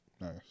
nice